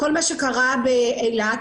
כל מה שקרה באילת.